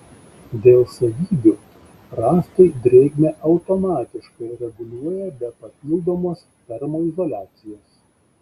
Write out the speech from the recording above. dėl savybių rąstai drėgmę automatiškai reguliuoja be papildomos termoizoliacijos